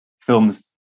films